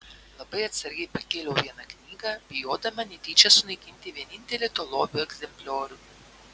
labai atsargiai pakėliau vieną knygą bijodama netyčia sunaikinti vienintelį to lobio egzempliorių